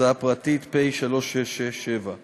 התשע"ז